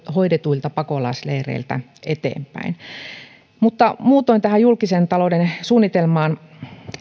hoidetuilta pakolaisleireiltä eteenpäin mutta muutoin tähän julkisen talouden suunnitelmaan